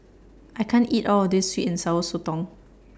I can't eat All of This Sweet and Sour Sotong